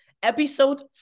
Episode